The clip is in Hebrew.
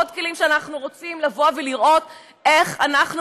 עוד כלים שאנחנו רוצים לראות איך אנחנו